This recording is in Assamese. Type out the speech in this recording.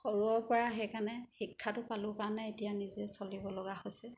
সৰুৰেপৰা সেইকাৰণে শিক্ষাটো পালোঁ কাৰণে এতিয়া নিজে চলিব লগা হৈছে